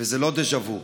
וזה לא דז'ה וו.